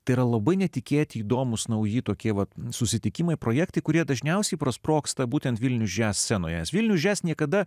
tai yra labai netikėti įdomūs nauji tokie vat susitikimai projektai kurie dažniausiai prasprogsta būtent vilnius jazz scenoje vilnius jazz niekada